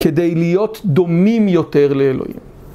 כדי להיות דומים יותר לאלוהים.